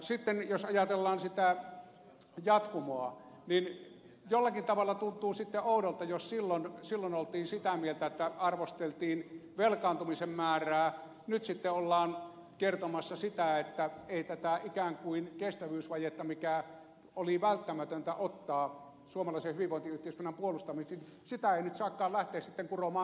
sitten jos ajatellaan sitä jatkumoa niin jollakin tavalla tuntuu sitten oudolta jos silloin oltiin sitä mieltä että arvosteltiin velkaantumisen määrää ja nyt sitten ollaan kertomassa sitä että ei tätä ikään kuin kestävyysvajetta mikä oli välttämätöntä ottaa suomalaisen hyvinvointiyhteiskunnan puolustamiseksi nyt saakaan lähteä kuromaan kiinni